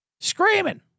Screaming